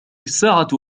الساعة